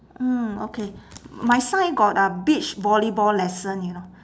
mm okay my sign got a beach volleyball lesson you know